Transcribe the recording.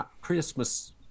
christmas